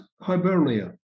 Hibernia